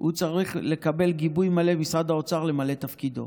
הוא צריך לקבל גיבוי מלא ממשרד האוצר למלא את תפקידו.